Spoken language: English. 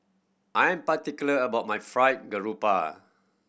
I am particular about my fried grouper